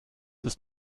ist